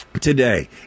today